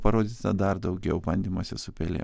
parodyta dar daugiau bandymuose su pelėm